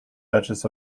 duchess